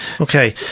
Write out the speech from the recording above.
Okay